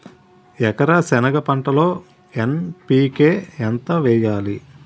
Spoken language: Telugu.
ఎకర సెనగ పంటలో ఎన్.పి.కె ఎంత వేయాలి?